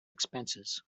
expenses